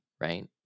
right